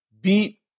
beat